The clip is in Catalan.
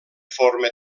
forma